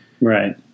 Right